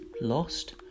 lost